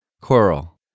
coral